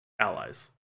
allies